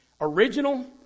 original